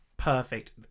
perfect